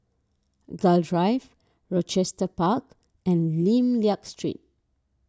Gul Drive Rochester Park and Lim Liak Street